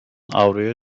avroya